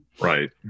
Right